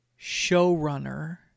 showrunner